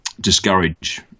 discourage